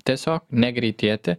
tiesiog negreitėti